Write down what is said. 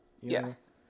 Yes